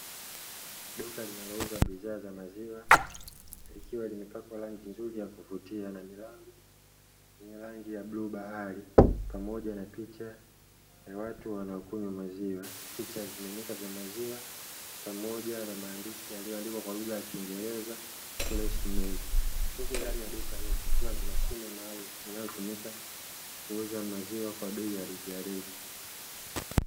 Duka linalouza bidhaa za maziwa, likiwa limepakwa rangi nzuri ya kuvutia na milango yenye rangi ya bluu bahari pamoja na picha ya watu wanaokunywa maziwa, picha ya vimiminika vya maziwa, pamoja na maandishi yaliyoandikwa kwa lugha ya kiingereza "Fresh Milk", huku ndani ya duka hilo kukiwa na mashine maalumu, inayotumika kuuza maziwa kwa bei ya rejareja.